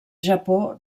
japó